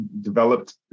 developed